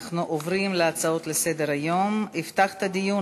אנחנו עוברים לציון יום הסביבה